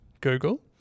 Google